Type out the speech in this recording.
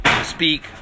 speak